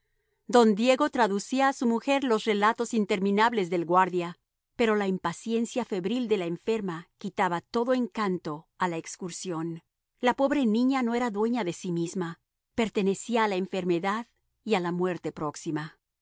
don diego traducía a su mujer los relatos interminables del guarda pero la impaciencia febril de la enferma quitaba todo encanto a la excursión la pobre niña no era dueña de sí misma pertenecía a la enfermedad y a la muerte próxima